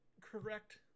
correct